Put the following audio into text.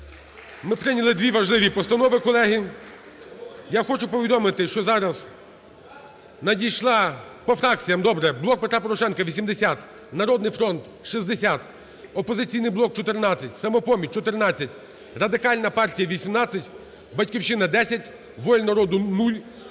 Ми прийняли дві важливі постанови. Колеги, я хочу повідомити, що зараз надійшла… По фракціях, добре. "Блок Петра Порошенка" – 80, "Народний фронт" – 60, "Опозиційний блок" – 14, "Самопоміч" – 14, Радикальна партія – 18, "Батьківщина" – 10, "Воля народу" -